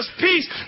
peace